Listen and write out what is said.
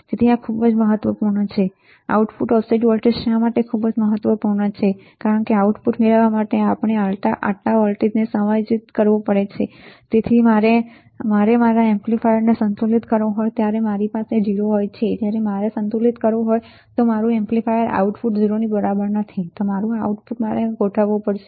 તેથી આ ખૂબ જ મહત્વપૂર્ણ છે ખરું કે આઉટપુટ ઓફસેટ વોલ્ટેજ શા માટે ખૂબ જ મહત્વપૂર્ણ છે કારણ કે આઉટપુટ મેળવવા માટે આપણે આટલા વોલ્ટેજને સમાયોજિત કરવા પડે છે જ્યારે મારે મારા એમ્પ્લીફાયરને સંતુલિત કરવું હોય ત્યારે મારી પાસે 0 હોય છે જ્યારે મારે સંતુલન કરવું હોય ત્યારે મારું એમ્પ્લીફાયર આઉટપુટ 0 ની બરાબર નથી તો મારે મારું આઉટપુટ ગોઠવવું પડશે